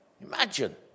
imagine